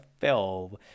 film